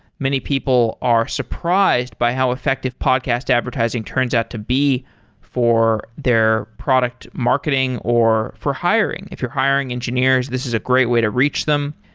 many people are surprised by how effective podcast advertising turns out to be for their product marketing or for hiring. if you're hiring engineers, this is a great way to reach them,